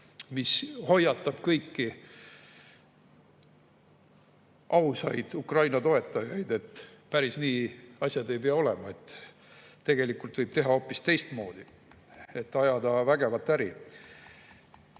mis hoiatab kõiki ausaid Ukraina toetajaid, et päris nii asjad ei pea olema, tegelikult võib teha hoopis teistmoodi, ajada vägevat äri,